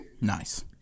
nice